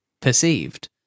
perceived